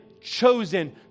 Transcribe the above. chosen